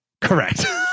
correct